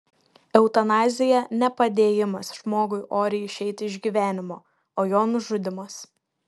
eutanazija ne padėjimas žmogui oriai išeiti iš gyvenimo o jo nužudymas